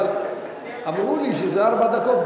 אבל אמרו לי שזה ארבע דקות,